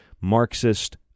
Marxist